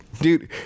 dude